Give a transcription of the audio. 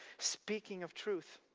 speaking of truth,